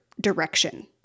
direction